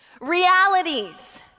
realities